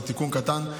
זה תיקון קטן,